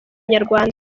inyarwanda